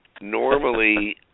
normally